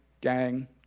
gang